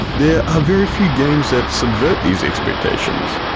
there are very few games that subvert these expectations,